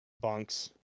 bunks